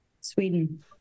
Sweden